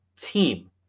team